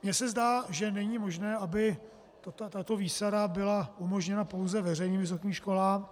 Mě se zdá, že není možné, aby tato výsada byla umožněna pouze veřejným vysokým školám.